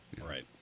Right